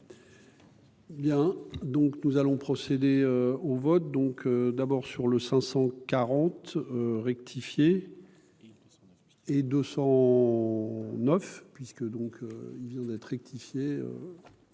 Bien, donc nous allons procéder au vote, donc d'abord sur le 540 rectifié et 209 puisque donc il vient d'être rectifié